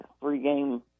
three-game